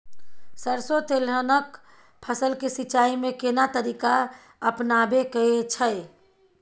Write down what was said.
सरसो तेलहनक फसल के सिंचाई में केना तरीका अपनाबे के छै?